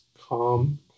calm